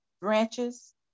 branches